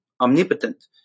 omnipotent